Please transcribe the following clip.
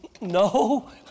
No